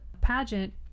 pageant